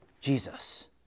Jesus